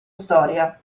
storia